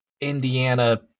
Indiana